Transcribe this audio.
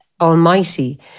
almighty